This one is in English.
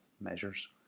measures